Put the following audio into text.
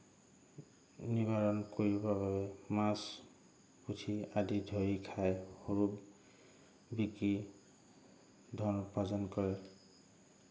নিবাৰণ কৰিবৰ বাবে মাছ পুঠি আদি ধৰি খায় আৰু বিক্ৰী ধন উপাৰ্জন কৰে